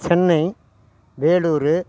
Chennai Vellore